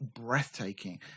breathtaking